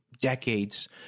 decades